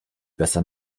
besser